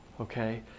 okay